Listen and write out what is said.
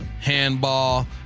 handball